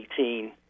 2018